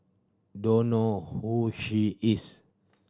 don't know who she is